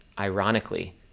ironically